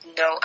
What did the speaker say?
no